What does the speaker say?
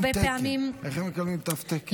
הרבה פעמים, איך הם מקבלים תו תקן?